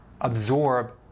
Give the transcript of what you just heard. absorb